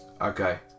Okay